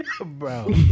bro